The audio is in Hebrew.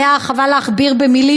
עליה חבל להכביר מילים,